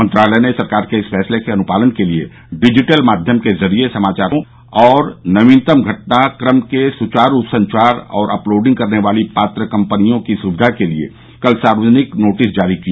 मंत्रालय ने सरकार के इस फैसले के अनुपालन के लिए डिजिटल माध्यम के जरिए समाचारों और नवीनतम घटनाक्रम के सुचारू संचार और अपलोडिंग करने वाली पात्र कम्पनियां की सुविधा के लिए कल सार्वजनिक नोटिस जारी किया